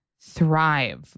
thrive